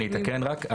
אני אתקן רק,